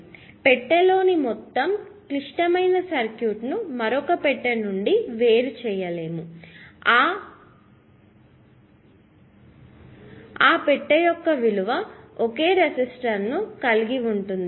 కాబట్టి పెట్టెలోని ఈ మొత్తం క్లిష్టమయిన సర్క్యూట్ను మరొక పెట్టె నుండి వేరు చేయలేము ఆ యొక్క విలువ ఒకే రెసిస్టర్ను కలిగి ఉంటుంది